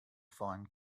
find